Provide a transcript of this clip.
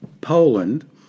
Poland